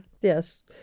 yes